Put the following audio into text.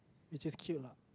which is cute lah